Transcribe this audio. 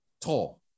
tall